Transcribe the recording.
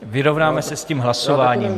Vyrovnáme se s tím hlasováním.